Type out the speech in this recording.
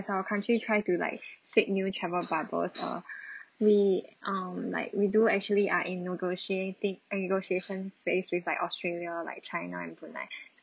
our country try to like seek new travel bubbles uh we um like we do actually are in negotiating negotiation phase with like australia like china and brunei